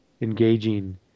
engaging